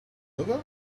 over